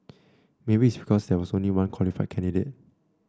maybe it's because there was only one qualified candidate